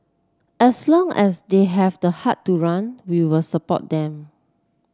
as long as they have the heart to run we will support them